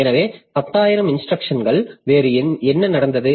எனவே 10 000 இன்ஸ்டிரக்ஷன்கள் வேறு என்ன நடந்தது